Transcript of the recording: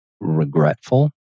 regretful